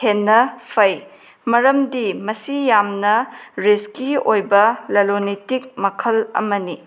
ꯍꯦꯟꯅ ꯐꯩ ꯃꯔꯝꯗꯤ ꯃꯁꯤ ꯌꯥꯝꯅ ꯔꯤꯁꯀꯤ ꯑꯣꯏꯕ ꯂꯂꯣꯜ ꯏꯇꯤꯛ ꯃꯈꯜ ꯑꯃꯅꯤ